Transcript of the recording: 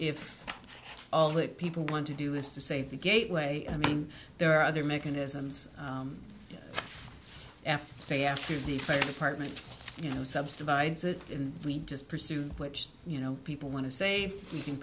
that people want to do is to save the gateway i mean there are other mechanisms after say after the fire department you know subs divides it and we just pursue which you know people want to say you can